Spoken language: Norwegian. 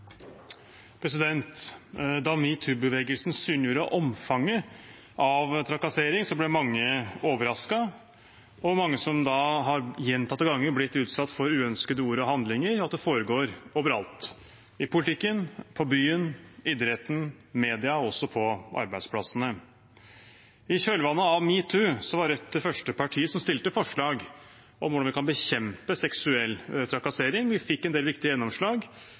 vekk. Da metoo-bevegelsen synliggjorde omfanget av trakassering, ble mange overrasket over hvor mange som gjentatte ganger har blitt utsatt for uønskede ord og handlinger, og at det foregår overalt – i politikken, på byen, i idretten, i medier og også på arbeidsplassene. I kjølvannet av metoo var Rødt det første partiet som fremmet forslag om hvordan vi kan bekjempe seksuell trakassering. Vi fikk en del viktige gjennomslag,